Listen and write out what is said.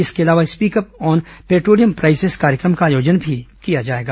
इसके अलावा speak up on petroleum prices कार्यक्रम का आयोजन भी किया जाएगा